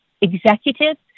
executives